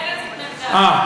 לא,